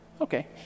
okay